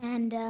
and